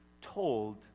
told